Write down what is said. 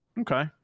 Okay